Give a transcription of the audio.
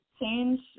change